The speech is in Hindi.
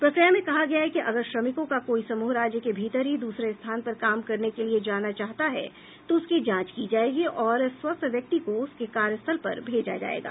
प्रक्रिया में कहा गया है कि अगर श्रमिकों का कोई समूह राज्य के भीतर ही दूसरे स्थान पर काम करने के लिए जाना चाहता है तो उनकी जांच की जाएगी और स्वस्थ व्यक्ति को उसके कार्यस्थल पर भेजा जाएगा